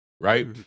right